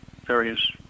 various